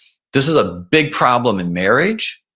this is a big problem in marriage.